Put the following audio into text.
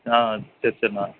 ஆ சரி சரிண்ணா